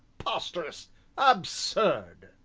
preposterous absurd!